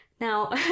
Now